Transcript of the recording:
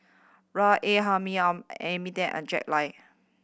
R A Hamid Amy and Jack Lai